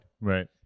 Right